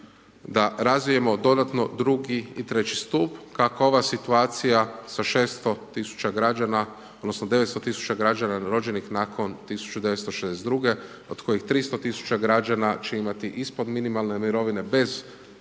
Da razvijemo dodatno drugi i treći kako ova situacija sa 600.000 građana odnosno 900.000 građana rođenih nakon 1962. od kojih 300.000 građana će imati ispod minimalne mirovine bez ovih